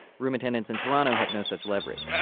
room attendants in toronto have no such leverage.